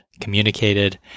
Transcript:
communicated